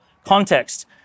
Context